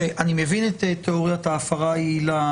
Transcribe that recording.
אני מבין את תאוריית ההפרה היעילה,